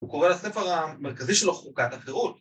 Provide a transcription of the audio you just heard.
‫הוא קורא לספר המרכזי שלו, ‫חוקת החירות.